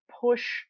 push